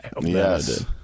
yes